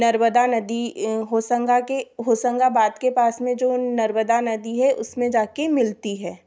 नर्मदा नदी होशंगा के होशंगाबाद के पास में जो नर्मदा नदी है उसमें जाकर मिलती है